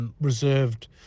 Reserved